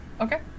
Okay